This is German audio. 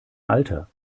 alter